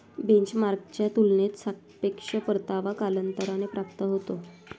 बेंचमार्कच्या तुलनेत सापेक्ष परतावा कालांतराने प्राप्त होतो